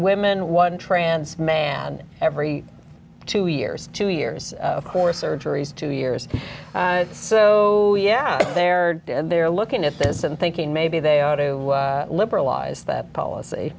women one trans man every two years two years of course surgeries two years so yeah there they are looking at this and thinking maybe they ought to liberalize that policy